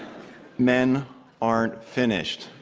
men aren't finished.